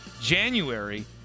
January